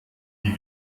wie